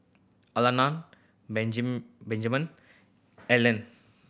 Alannah Benjman Ellen